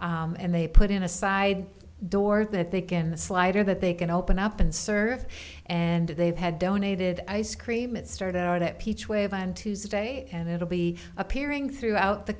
and they put in a side door that they can the slider that they can open up and serve and they've had donated ice cream it started out at peach wave on tuesday and it will be appearing throughout the